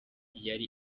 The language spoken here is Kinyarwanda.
yari